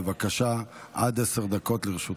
בבקשה, עד עשר דקות לרשותך.